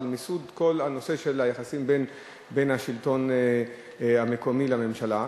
על מיסוד כל נושא היחסים בין השלטון המקומי לממשלה,